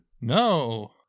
No